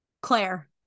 Claire